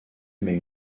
mais